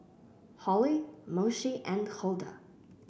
Holly Moshe and Huldah